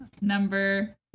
Number